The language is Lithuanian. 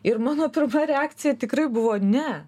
ir mano pirma reakcija tikrai buvo ne